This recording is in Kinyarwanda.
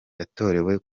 yatorewe